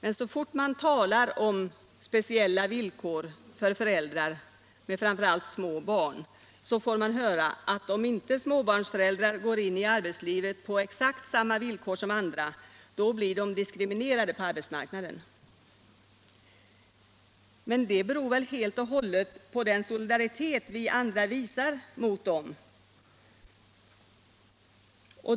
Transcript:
Men så fort man talar om speciella villkor för föräldrar med framför allt små barn får man höra att om inte småbarnsföräldrar går in i arbetslivet på exakt samma villkor som andra, då blir de diskriminerade på arbetsmarknaden. Men detta beror ju helt och hållet på den solidaritet vi andra visar mot dem.